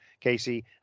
Casey